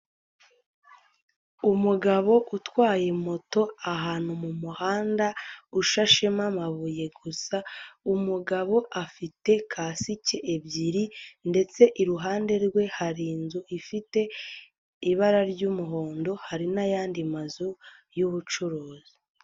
Umugabo utwaye moto ahantu mu muhanda ushashemo amabuye gusa, umugabo afite kasike ebyiri ndetse iruhande rwe hari inzu ifite ibara ry'umuhondo hari n'ayandi mazu y'ubucuruzi.